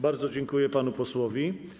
Bardzo dziękuję panu posłowi.